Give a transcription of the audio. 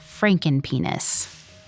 Frankenpenis